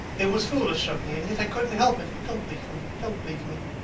it was foolish of me, and yet i couldn't help it. oh, don't leave me, don't leave me.